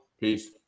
Peace